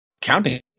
counting